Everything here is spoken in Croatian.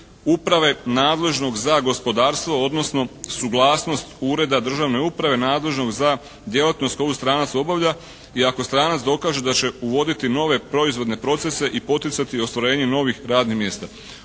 uprave nadležnog za gospodarstvo, odnosno suglasnost Ureda državne uprave nadležnog za djelatnost koju stranac obavlja i ako stranac dokaže da će uvoditi nove proizvode procese i poticati ostvarenje novih radnih mjesta.